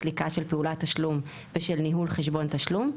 סליקה של פעולת תשלום ושל ניהול חשבון תשלום.